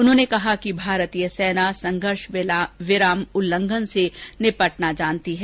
उन्होंने कहा कि भारतीय सेना संघर्ष विराम उल्लंघन से निपटना जानती है